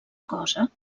cosa